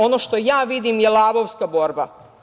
Ono što ja vidim je lavovska borba.